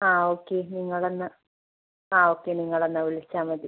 ആ ഓക്കെ നിങ്ങളെന്നാല് ആ ഓക്കെ നിങ്ങളെന്നാല് വിളിച്ചാല് മതി